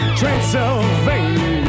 transylvania